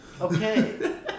Okay